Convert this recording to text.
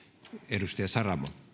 arvoisa